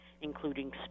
including